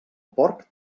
porc